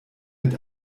mit